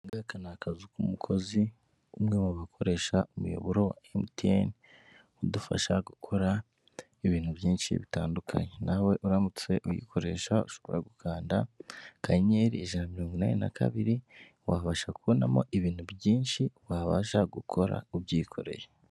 Akana ni akazizu k'umukozi umwe mu bakoresha umuyoboro wa MTN udufasha gukora ibintu byinshi bitandukanye, nawe uramutse uyikoresha ushobora gukanda akanyenyeri ijana na mirongo inani na kabiri, wabasha kubonamo ibintu byinshi wabasha gukora ubyikoreye.